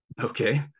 Okay